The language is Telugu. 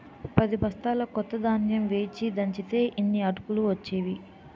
పదిబొస్తాల కొత్త ధాన్యం వేచి దంచితే యిన్ని అటుకులు ఒచ్చేయి